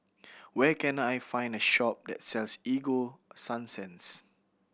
where can I find a shop that sells Ego Sunsense